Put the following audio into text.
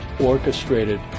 orchestrated